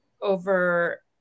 over